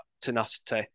tenacity